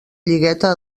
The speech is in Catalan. lligueta